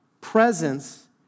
presence